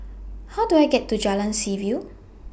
How Do I get to Jalan Seaview